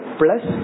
plus